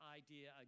idea